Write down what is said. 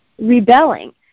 rebelling